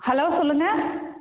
hello சொல்லுங்கள்